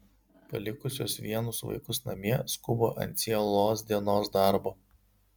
palikusios vienus vaikus namie skuba ant cielos dienos darbo